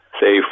say